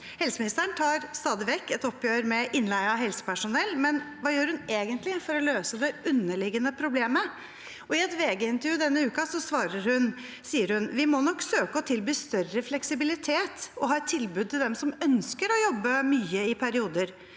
Helseministeren tar stadig vekk et oppgjør med innleie av helsepersonell, men hva gjør hun egentlig for å løse det underliggende problemet? I et VG-intervju denne uken sier hun: «Vi må nok søke å tilby større fleksibilitet, og ha et tilbud til dem som ønsker å jobbe mye i perioder.